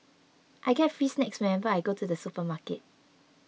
I get free snacks whenever I go to the supermarket